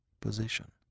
position